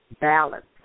balance